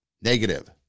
negative